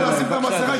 בוא נעשה סדר.